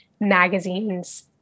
magazines